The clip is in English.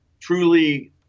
truly